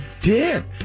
dip